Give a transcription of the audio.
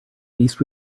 least